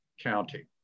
County